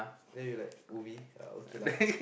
then we like movie ah okay lah